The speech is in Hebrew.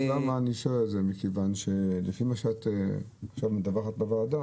שואל מכיוון שלפי מה שאת מדווחת עכשיו בוועדה